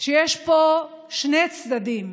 שיש פה שני צדדים,